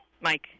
Mike